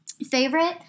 favorite